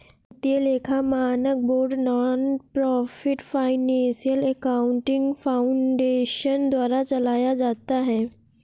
वित्तीय लेखा मानक board nonprofit financial accounting foundation द्वारा चलाया जाता है